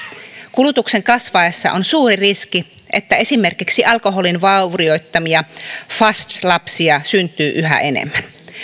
kulutuksen kasvaessa on suuri riski että esimerkiksi alkoholin vaurioittamia fas lapsia syntyy yhä enemmän